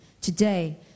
Today